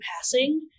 passing